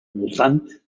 voltant